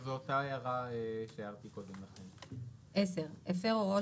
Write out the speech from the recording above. זאת אותה הודעה שהערתי קודם.ף הפר הוראות